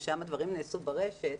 שם הדברים נעשו ברשת,